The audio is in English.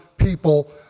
people